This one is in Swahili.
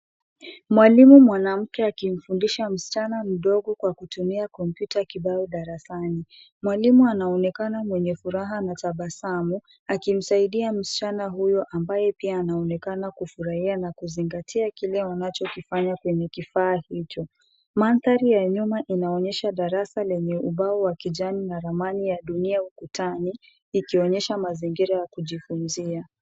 Mwalimu mwanamke akimfundisha msichana mdogo kwa kutumia kompyuta kibao darasani. Mwalimu anaonekana mwenye furaha na tabasamu akimsaidia msichana huyo ambaye pia anaonekana kufurahia kile anachofanya kwenye kifaa hicho. Mandhari ya nyuma inaonyesha darasa lenye ubao wa kijani na ramani ya dunia ukutani ikionyesha mazingira ya kujifunzia.